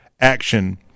action